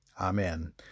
amen